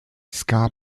ska